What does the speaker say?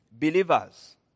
Believers